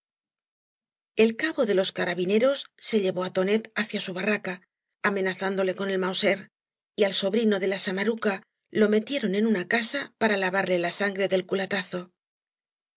el cabo de los carabineros se llevó á tonet hacia su barraca amenazándole con el mauier y al sobrino de la samaruca lo metieron en una casa para lavarle la sangre del culatazo